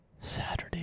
Saturday